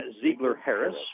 Ziegler-Harris